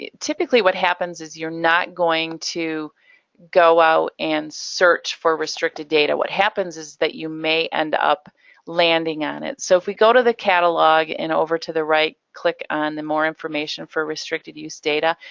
typically what happens is you're not going to go out and search for restricted data. what happens is that you may end up landing on it. so if we go to the catalog and over to the right, click on the more information for restricted-use data.